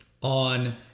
on